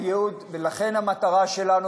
המטרה שלנו,